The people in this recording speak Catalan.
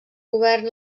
govern